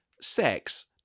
sex